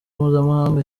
mpuzamahanga